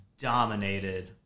dominated